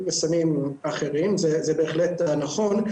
וסמים אחרים, זה בהחלט נכון.